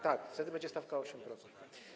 Tak, wtedy będzie stawka 8%.